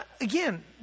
again